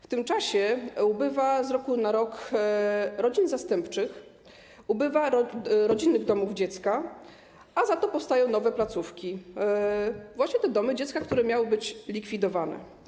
W tym czasie ubywa z roku na rok rodzin zastępczych, ubywa rodzinnych domów dziecka, a za to powstają nowe placówki, właśnie domy dziecka, które miały być likwidowane.